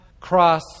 cross